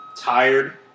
tired